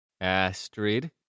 Astrid